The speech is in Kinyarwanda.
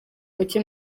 muke